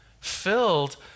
filled